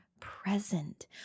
Present